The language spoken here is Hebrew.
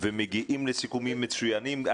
ומגיעים לסיכומים מצוינים.